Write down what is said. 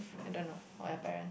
I don't know for my parent